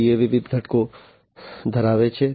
SCADA વિવિધ ઘટકો ધરાવે છે